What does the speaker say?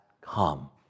come